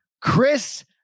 Chris